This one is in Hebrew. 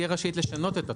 תהיה רשאית לשנות את התוספת.